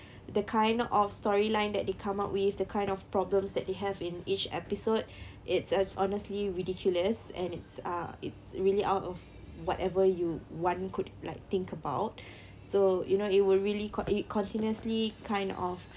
the kind of story line that they come up with the kind of problems that they have in each episode it's as honestly ridiculous and it's uh it's really out of whatever you one could like think about so you know it will really caught it continuously kind of